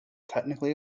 technically